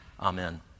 Amen